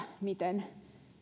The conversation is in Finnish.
miten